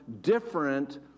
different